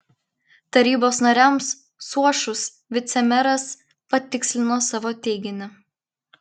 tarybos nariams suošus vicemeras patikslino savo teiginį